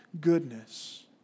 goodness